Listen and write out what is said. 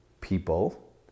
people